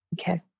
okay